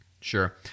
Sure